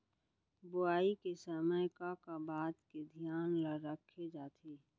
बुआई के समय का का बात के धियान ल रखे जाथे?